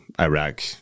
Iraq